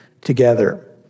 together